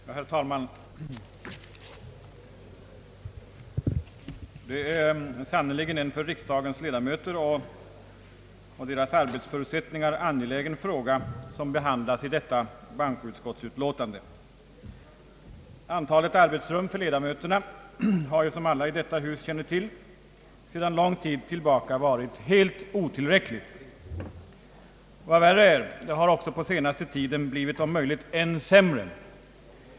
Herr talman! Det är sannerligen en för riksdagens ledamöter och deras arbetsförutsättningar angelägen fråga som behandlas i detta bankoutskottsutlåtande. Antalet arbetsrum för ledamöterna har ju, som alla i detta hus känner till, sedan lång tid tillbaka varit helt otillräckligt. Vad värre är: läget har på den senaste tiden blivit om möjligt än sämre.